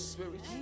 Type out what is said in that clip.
Spirit